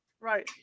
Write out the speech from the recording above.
Right